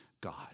God